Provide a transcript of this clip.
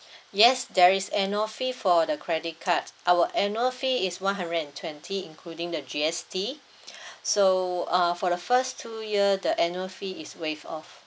yes there is annual fee for the credit card our annual fee is one hundred and twenty including the G_S_T so uh for the first two year the annual fee is waive off